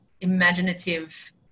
imaginative